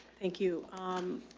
thank you. um,